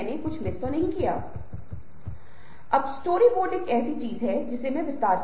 तो आप उस व्यक्ति को ढूंढते हैं जिसने अपना सिर अपने घुटने पर रखा है और वह पानी में नीचे देख रहा है